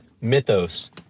Mythos